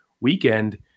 weekend